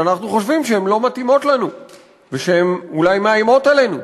שאנחנו חושבים שהן לא מתאימות לנו ואולי הן מאיימות עלינו,